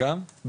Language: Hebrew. גם.